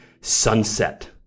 sunset